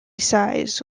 size